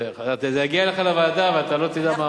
זה יגיע אליך לוועדה ואתה לא תדע מה אמרתי,